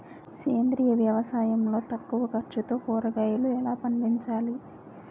సేంద్రీయ వ్యవసాయం లో తక్కువ ఖర్చుతో కూరగాయలు ఎలా పండించాలి?